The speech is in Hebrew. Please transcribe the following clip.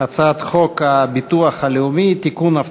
הצעת חוק הביטוח הלאומי (תיקון,